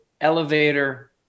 Elevator